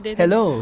hello